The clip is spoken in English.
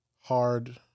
hard